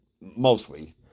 mostly